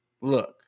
look